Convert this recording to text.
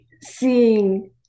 seeing